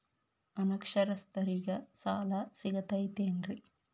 ಅನಕ್ಷರಸ್ಥರಿಗ ಸಾಲ ಸಿಗತೈತೇನ್ರಿ?